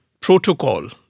protocol